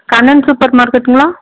Kannan super மார்க்கெட்டுங்களா